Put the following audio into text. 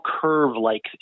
curve-like